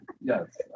Yes